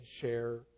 share